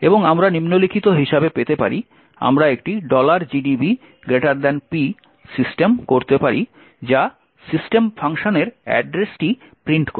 এবং আমরা নিম্নলিখিত হিসাবে পেতে পারি আমরা একটি gdb p সিস্টেম করতে পারি যা সিস্টেম ফাংশনের অ্যাড্রেস প্রিন্ট করে